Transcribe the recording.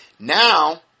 Now